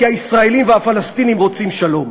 כי הישראלים והפלסטינים רוצים שלום.